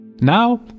Now